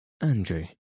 Andrew